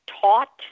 taught